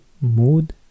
Mood